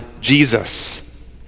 Jesus